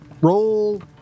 Roll